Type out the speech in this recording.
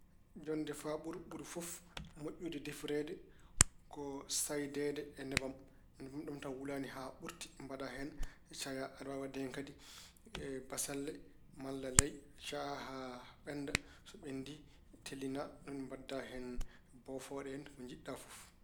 Jonnde faaɓuru ɓuri fof moƴƴude defireede ko saydeede e nebam. Nebam ɗam taw wulaani haa ɓurti, mbaɗa hen, caya. Aɗa waawi waɗde kadi bassalle malla layi, yaha haa ɓennda. So ɓenndi, tellina. Ɗum woni mbaɗda hen bofooɗe hen, ko njiɗɗa fof.